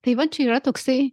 tai va čia yra toksai